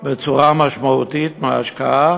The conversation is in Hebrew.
בצורה משמעותית מההשקעה